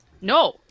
No